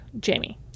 Jamie